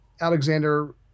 Alexander